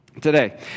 today